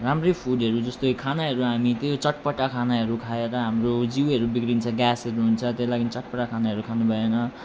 राम्रै फुडहरू जस्तै खानाहरू हामी त्यो चटपटा खानाहरू खाएर हाम्रो जिउहरू बिग्रिन्छ ग्यासहरू हुन्छ त्यो लागि चटपटा खानाहरू खानु भएन